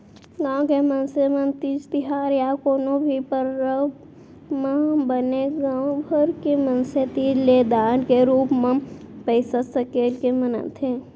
गाँव के मनसे मन तीज तिहार या कोनो भी परब ल बने गाँव भर के मनसे तीर ले दान के रूप म पइसा सकेल के मनाथे